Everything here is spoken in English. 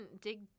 dig